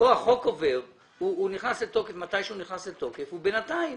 כאן החוק נכנס לתוקף מתי שהוא נכנס לתוקף ובינתיים